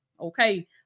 Okay